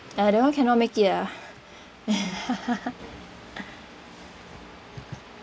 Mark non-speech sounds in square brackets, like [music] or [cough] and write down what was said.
ya that [one] cannot make it ah [laughs]